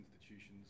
institutions